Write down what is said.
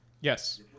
Yes